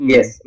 Yes